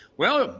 well,